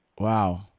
Wow